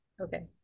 Okay